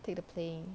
take the playing